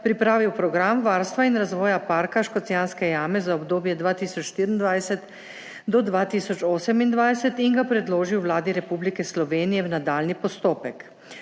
pripravil Program varstva in razvoja Parka Škocjanske jame za obdobje 2024–2028 in ga predložil Vladi Republike Slovenije v nadaljnji postopek.